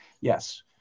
Yes